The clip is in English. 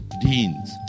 deans